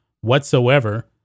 whatsoever